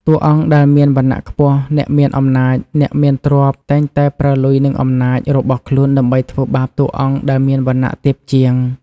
តួអង្គដែលមានវណ្ណៈខ្ពស់ អ្នកមានអំណាច អ្នកមានទ្រព្យ តែងតែប្រើលុយ និងអំណាច របស់ខ្លួនដើម្បីធ្វើបាបតួអង្គដែលមានវណ្ណៈទាបជាង។